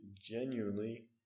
genuinely